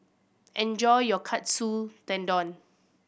enjoy your Katsu Tendon